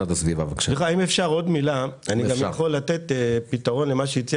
אם אפשר אני יכול לתת פתרון למה שהציע